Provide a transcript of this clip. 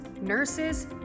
nurses